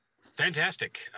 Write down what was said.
fantastic